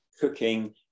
cooking